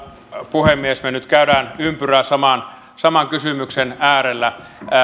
puhemies me nyt käymme ympyrää saman kysymyksen äärellä